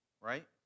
right